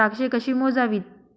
द्राक्षे कशी मोजावीत?